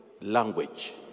language